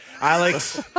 Alex